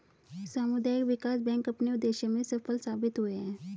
सामुदायिक विकास बैंक अपने उद्देश्य में सफल साबित हुए हैं